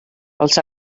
els